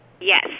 Yes